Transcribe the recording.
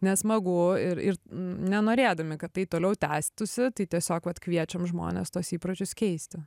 nesmagu ir ir nenorėdami kad tai toliau tęstųsi tai tiesiog vat kviečiam žmones tuos įpročius keisti